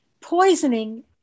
poisoning